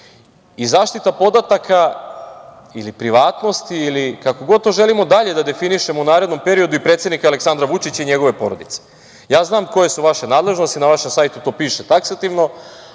i zaštita podataka ili privatnosti ili kako god to želimo dalje da definišemo u narednom periodu i predsednika Aleksandra Vučića i njegove porodice. Znam koje su vaše nadležnosti, na vašem sajtu to piše taksativno,